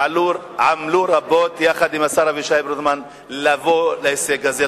שעמלו רבות יחד עם השר אבישי ברוורמן להגיע להישג הזה.